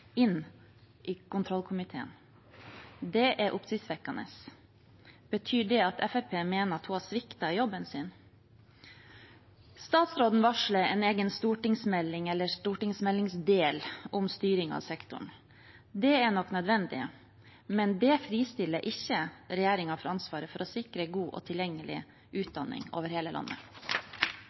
inn til kontrollkomiteen. Det er oppsiktsvekkende. Betyr det at Fremskrittspartiet mener at hun har sviktet i jobben sin? Statsråden varsler en egen stortingsmelding eller stortingsmeldingsdel om styring av sektoren. Det er nok nødvendig, men det fristiller ikke regjeringen fra ansvaret for å sikre god og tilgjengelig utdanning over hele landet.